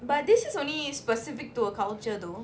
but this is only is specific to a culture though